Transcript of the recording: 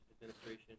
Administration